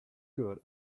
good